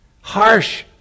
Harsh